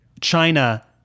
China